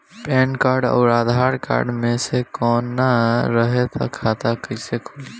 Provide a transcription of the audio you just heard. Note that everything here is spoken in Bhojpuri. पैन कार्ड आउर आधार कार्ड मे से कोई ना रहे त खाता कैसे खुली?